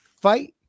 fight